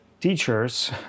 teachers